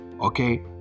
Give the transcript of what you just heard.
okay